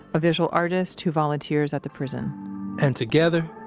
a visual artist who volunteers at the prison and together,